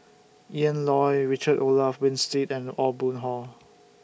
Ian Loy Richard Olaf Winstedt and Aw Boon Haw